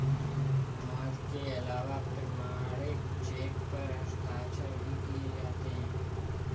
मोहर के अलावा प्रमाणिक चेक पर हस्ताक्षर भी किये जाते हैं